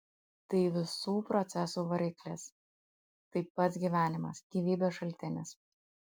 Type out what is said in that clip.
tai visų procesų variklis tai pats gyvenimas gyvybės šaltinis